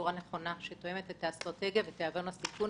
בצורה נכונה ותואמת את האסטרטגיה ואת תיאבון הסיכון